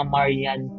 Marian